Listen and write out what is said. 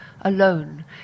alone